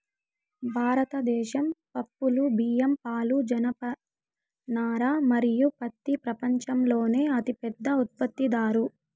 భారతదేశం పప్పులు, బియ్యం, పాలు, జనపనార మరియు పత్తి ప్రపంచంలోనే అతిపెద్ద ఉత్పత్తిదారు